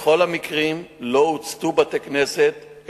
בכל המקרים לא הוצתו בתי-הכנסת,